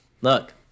Look